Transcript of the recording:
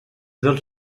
dels